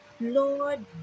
Lord